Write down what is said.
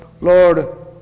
Lord